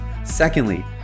Secondly